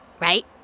right